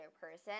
person